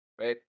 right